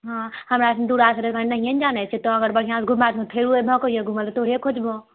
हमरा एक बेर बढ़िया से घुमा देबहो फेरू अयबऽ तऽ तोरे खोजबहों